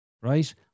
Right